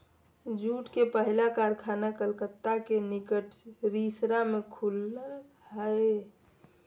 jute के पहला कारखाना कलकत्ता के निकट रिसरा में खुल लय हल